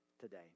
today